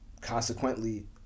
consequently